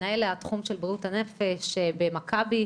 מנהל התחום של בריאות הנפש במכבי,